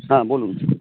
হ্যাঁ বলুন